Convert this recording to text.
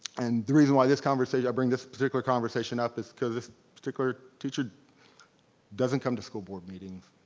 and the reason why this conversation, i bring this particular conversation up is cause this particular teacher doesn't come to school board meetings,